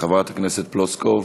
חברת הכנסת פלוסקוב,